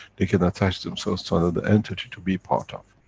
they can attach themselves to another entity to be part of.